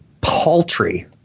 paltry